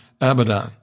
Abaddon